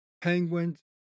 Penguins